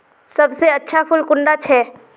सबसे अच्छा फुल कुंडा छै?